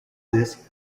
this